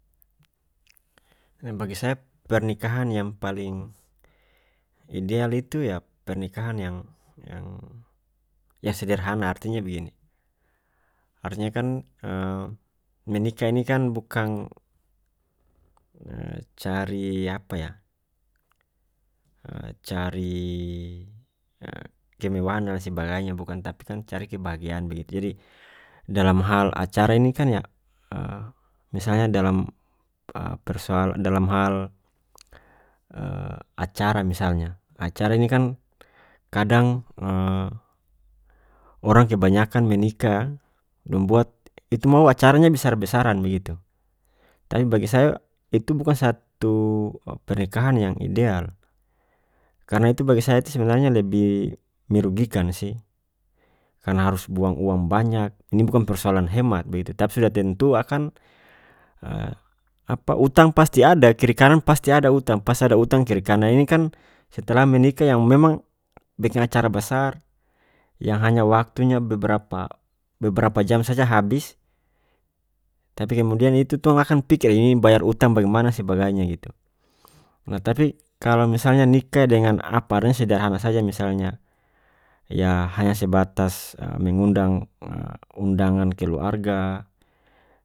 Bagi saya pernikahan yang paling ideal itu yah pernikahan yang-yang sederhana artinya begini harusnya kan menikah ini kan bukang cari apa yah cari kemewahan dan sebagainya bukan tapi kan cari kebahagiaan begitu jadi dalam hal acara ini kan yah misalnya dalam persoalan dalam hal acara misalnya acara ini kan kadang orang kebanyakan menikah dong buat itu mau acaranya besar besaran begitu tapi bagi saya itu bukan satu pernikahan yang ideal karena itu bagi saya itu sebenarnya lebih merugikan sih karena harus buang uang banyak ini bukang persoalan hemat begitu tapi sudah tentu akan apa utang pasti ada kiri kanan pasti ada utang pas ada utang kiri kanan ini kan setelah menikah yang memang biking acara basar yang hanya waktunya beberapa-beberapa jam saja habis tapi kemudian itu tong akan pikir ini bayar utang bagimana sebagainya itu nah tapi kalu misalnya nikah dengan apa adanya sederhana saja misalnya yah hanya sebatas mengundang undangan keluarga.